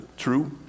True